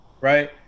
right